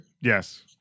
Yes